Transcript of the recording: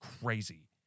crazy